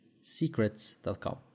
secrets.com